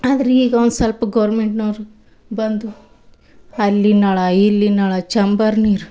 ಆದ್ರೆ ಈಗ ಒಂದು ಸಲ್ಪ ಗೋರ್ಮೆಂಟ್ನವರು ಬಂದು ಅಲ್ಲಿ ನಳ ಇಲ್ಲಿ ನಳ ಚಂಬರ್ ನೀರು